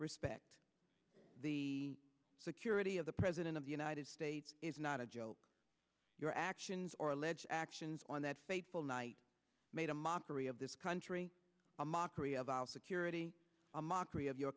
respects the security of the president of the united states is not a joke your actions or alleged actions on that fateful night made a mockery of this country a mockery of our security a mockery of your